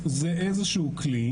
זה איזשהו כלי